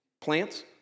plants